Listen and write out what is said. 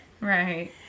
Right